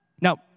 Now